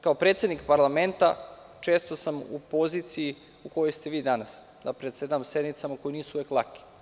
Kao predsednik parlamenta, često sam u poziciji u kojoj ste vi danas, da predsedavam sednicama koje nisu uvek lake.